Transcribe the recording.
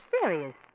serious